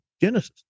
Genesis